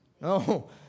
No